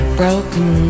broken